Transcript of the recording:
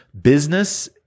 business